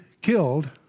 killed